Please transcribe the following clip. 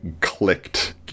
clicked